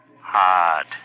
hard